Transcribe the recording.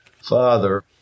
Father